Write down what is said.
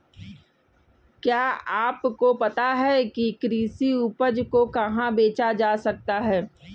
क्या आपको पता है कि कृषि उपज को कहाँ बेचा जा सकता है?